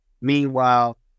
Meanwhile